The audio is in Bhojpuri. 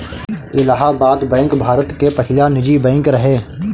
इलाहाबाद बैंक भारत के पहिला निजी बैंक रहे